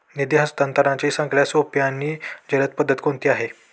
निधी हस्तांतरणाची सगळ्यात सोपी आणि जलद पद्धत कोणती आहे?